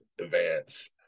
advance